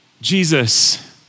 Jesus